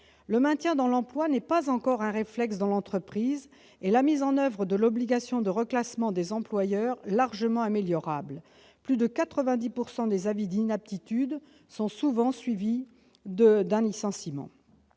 Le maintien dans l'emploi n'est pas encore un réflexe dans l'entreprise, et la mise en oeuvre de l'obligation de reclassement par les employeurs largement améliorable. Plus de 90 % des avis d'inaptitude sont souvent suivis d'un licenciement.